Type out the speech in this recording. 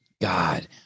God